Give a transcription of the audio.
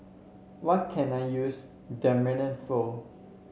what can I use Dermale for